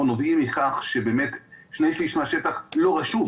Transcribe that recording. נובעים מכך שבאמת שני שליש מהשטח לא רשום.